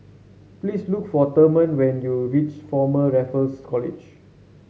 please look for Therman when you reach Former Raffles College